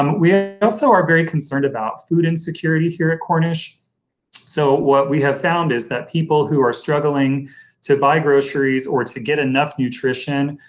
um we ah also are very concerned about food insecurity here at cornish so what we have found is that people who are struggling to buy groceries or to get in enough nutrition,